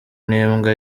n’imbwa